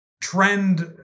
trend